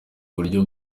buryo